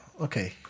Okay